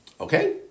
okay